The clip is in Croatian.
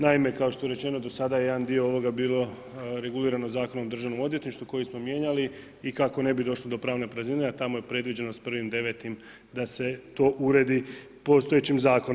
Naime, kao što je rečeno do sada je jedan dio ovoga bilo regulirano Zakonom o državnom odvjetništvu koji smo mijenjali i kako ne bi došlo do pravne praznine, a tamo je predviđeno s 1.9. da se to uredi postojećim Zakonom.